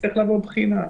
שאצטרך לעבור בחינה.